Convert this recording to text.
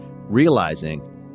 realizing